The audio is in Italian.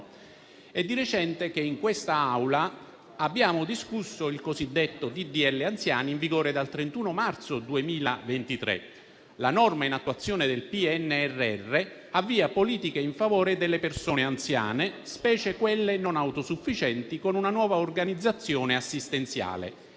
Di recente, in quest'Aula abbiamo discusso il cosiddetto disegno di legge anziani, in vigore dal 31 marzo 2023. La norma in attuazione del PNRR avvia politiche in favore delle persone anziane, specie quelle non autosufficienti, con una nuova organizzazione assistenziale.